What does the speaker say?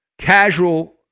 casual